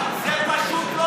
זה פשוט לא נכון.